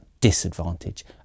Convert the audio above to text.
disadvantage